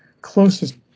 closest